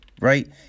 right